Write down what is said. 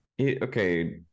okay